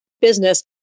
business